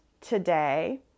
today